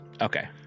Okay